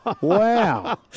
Wow